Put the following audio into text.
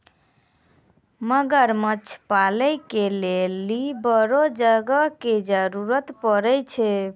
मगरमच्छ पालै के लेली बड़ो जगह के जरुरत पड़ै छै